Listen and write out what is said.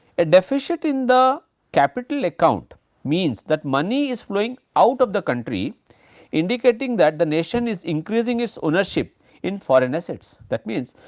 a deficit in the capital account means that money is flowing out of the country indicating that the nation is increasing its ownership in foreign assets that means,